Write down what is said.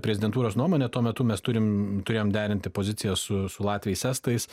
prezidentūros nuomone tuo metu mes turim turėjom derinti poziciją su su latviais estais